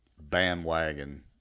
bandwagon